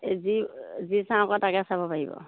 এই যি যি চাওঁ কয় তাকে চাব পাৰিব